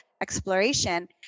exploration